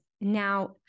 Now